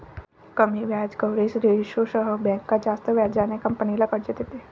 कमी व्याज कव्हरेज रेशोसह बँक जास्त व्याजाने कंपनीला कर्ज देते